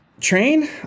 Train